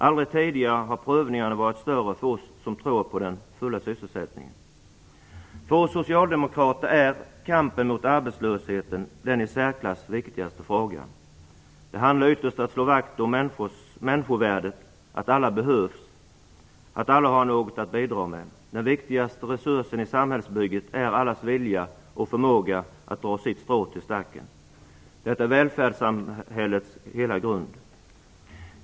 Aldrig tidigare har prövningarna varit större för oss som tror på den fulla sysselsättningen. För oss socialdemokrater är kampen mot arbetslösheten den i särklass viktigaste frågan. Det handlar ytterst om att slå vakt om människovärdet, att alla behövs och att alla har något att bidra med. Den viktigaste resursen i samhällsbygget är allas vilja och förmåga att dra sitt strå till stacken. Det är välfärdssamhällets hela grund.